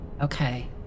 Okay